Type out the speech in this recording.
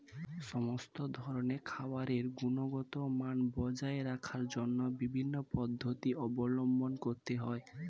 সমস্ত ধরনের খাবারের গুণগত মান বজায় রাখার জন্য বিভিন্ন পদ্ধতি অবলম্বন করতে হয়